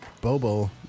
Bobo